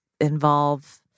involve